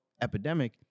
epidemic